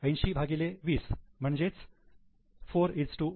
80 भागिले 20 म्हणजे 41